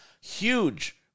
huge